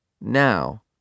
Now